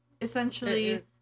essentially